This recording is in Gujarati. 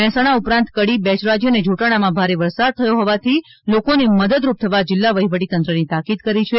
મહેસાણા ઉપરાંત કડી બેચરાજી અને જોટાણામાં ભારે વરસાદ થયો હોવાથી લોકો ને મદદરૂપ થવા જિલ્લા વહીવટી તંત્રને તાકીદ કરી હતી